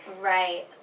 right